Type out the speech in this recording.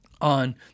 on